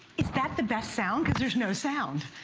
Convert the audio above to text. is that the best sound? there is no sound.